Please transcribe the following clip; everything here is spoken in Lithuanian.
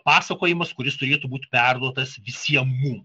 pasakojimas kuris turėtų būti perduotas visiem mum